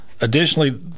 additionally